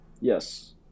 yes